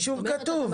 אישור כתוב, כן.